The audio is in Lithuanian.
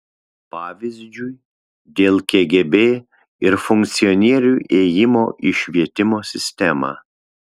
pavyzdžiui dėl kgb ir funkcionierių ėjimo į švietimo sistemą